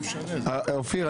במעבר חד